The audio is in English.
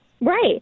Right